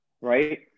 right